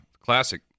classic